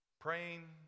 praying